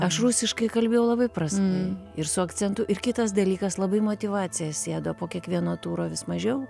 aš rusiškai kalbėjau labai prastai ir su akcentu ir kitas dalykas labai motyvacija sėdo po kiekvieno turo vis mažiau